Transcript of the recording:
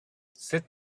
sit